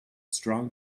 strong